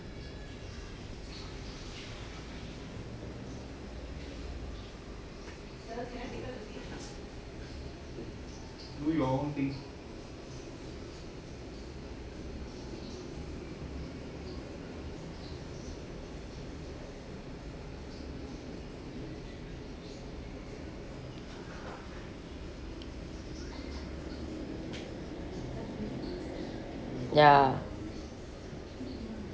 ya